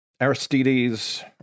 Aristides